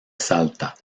salta